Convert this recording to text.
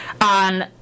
on